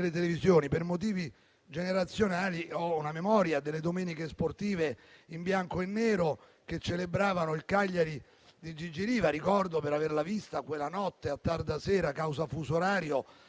nei programmi televisivi. Per motivi generazionali ho una memoria delle domeniche sportive in bianco e nero che celebravano il Cagliari di Gigi Riva. Ricordo, per averla vista, quella notte a tarda sera, causa fuso orario,